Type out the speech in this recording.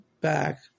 back